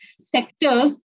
sectors